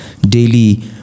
daily